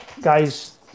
guys